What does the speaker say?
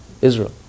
Israel